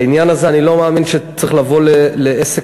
בעניין הזה אני לא מאמין שצריך לבוא לעסק